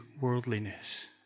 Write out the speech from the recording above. worldliness